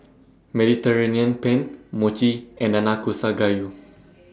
Mediterranean Penne Mochi and Nanakusa Gayu